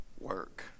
work